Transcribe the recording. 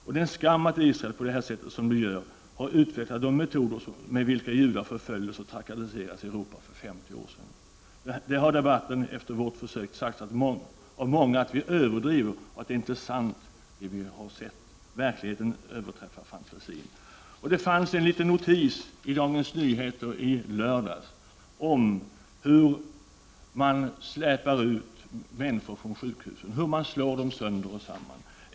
Det är en skam att Israel på det sätt som det gör har utvecklat de metoder med vilka judar förföljdes och trakasserades i Europa för 50 år sedan. Det har i debatten efter vårt besök sagts av många att vi överdriver och att det vi har sett inte är sant. Men verkligheten överträffar fantasin. Det fanns en liten notis i Dagens Nyheter i lördags om hur man släpar ut människor från sjukhusen, hur man slår dem sönder och samman.